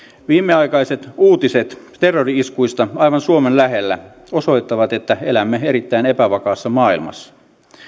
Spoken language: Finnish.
viimeaikaiset uutiset terrori iskuista aivan suomen lähellä osoittavat että elämme erittäin epävakaassa maailmassa